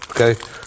okay